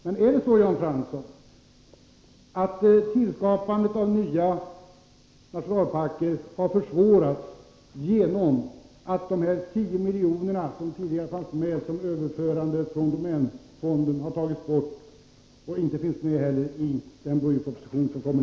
Men är det så, Jan Fransson, att tillskapandet av nya nationalparker har försvårats genom att dessa 10 milj.kr., som tidigare fanns med som överföring från domänfonden, har tagits bort och inte finns med heller i den proposition som nu kommer?